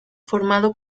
formado